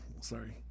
Sorry